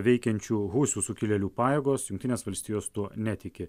veikiančių husių sukilėlių pajėgos jungtinės valstijos tuo netiki